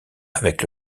avec